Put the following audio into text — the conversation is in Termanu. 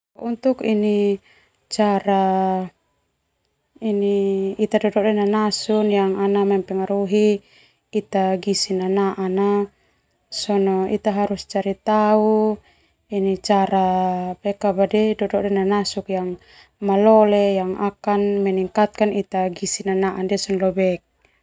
Untuk ini cara ita dodoe nanasu yang ana mempengaruhi ita gizi nanaa ita harus cari tau cara dodoe nanasu yang malole yang akan meningkatkan ita dodoe nanasu ndia lobek.